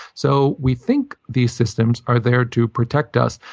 so we think these systems are there to protect us.